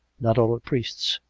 not all are priests.